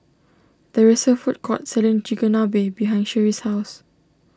there is a food court selling Chigenabe behind Sherie's house